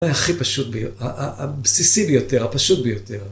הכי פשוט, הבסיסי ביותר, הפשוט ביותר.